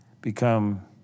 become